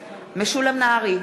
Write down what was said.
נהרי,